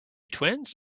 twins